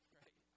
right